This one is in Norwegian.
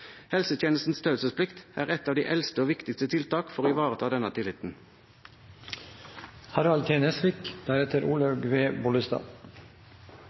Helsetjenestens taushetsplikt er et av de eldste og viktigste tiltak for å ivareta denne tilliten.